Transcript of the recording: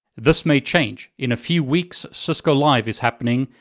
this may change. in a few weeks, cisco live is happening.